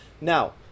Now